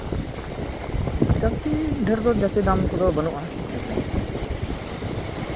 ᱡᱟᱹᱥᱛᱤ ᱰᱷᱮᱨ ᱫᱚ ᱡᱟᱹᱥᱛᱤ ᱫᱟᱢ ᱠᱚᱫᱚ ᱵᱟᱹᱱᱩᱜᱼᱟ ᱦᱮᱸ ᱥᱮ